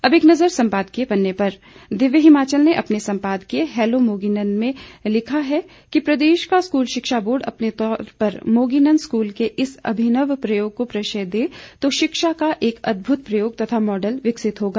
अब एक नज़र सम्पादकीय पन्ने पर दिव्य हिमाचल ने अपने सम्पादकीय हैलो मोगीनंद में लिखता है कि प्रदेश का स्कूल शिक्षा बोर्ड अपने तौर पर मोगीनंद स्कूल के इस अभिनव प्रयोग को प्रश्रय दे तो शिक्षा का एक अदृभुत प्रयोग तथा मॉडल विकसित होगा